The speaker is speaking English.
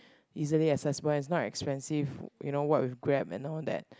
easily accessible and is not expensive you know what with Grab and all that